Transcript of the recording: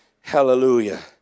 Hallelujah